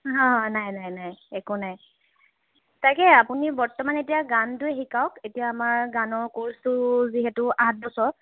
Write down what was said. হাঁ নাই নাই নাই একো নাই তাকে আপুনি বৰ্তমান এতিয়া গানটো শিকাওক এতিয়া আমাৰ গানৰ কোৰ্চটো যিহেতু আঠ বছৰ